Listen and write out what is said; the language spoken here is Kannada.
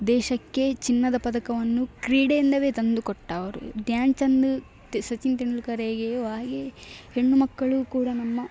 ದೇಶಕ್ಕೆ ಚಿನ್ನದ ಪದಕವನ್ನು ಕ್ರೀಡೆಯಿಂದಲೇ ತಂದು ಕೊಟ್ಟವರು ಧ್ಯಾನ್ ಚಂದ್ ತ್ ಸಚಿನ್ ತೆಂಡೂಲ್ಕರ್ ಹೇಗೆಯೋ ಹಾಗೆ ಹೆಣ್ಣು ಮಕ್ಕಳೂ ಕೂಡ ನಮ್ಮ